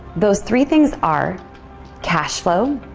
those three things are cash flow.